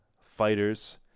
Fighters